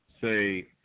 say